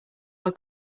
are